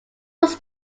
was